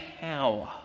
power